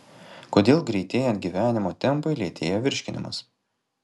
kodėl greitėjant gyvenimo tempui lėtėja virškinimas